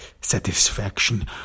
satisfaction